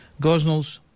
Gosnells